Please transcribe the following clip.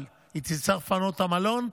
אבל היא תצטרך לפנות את המלון,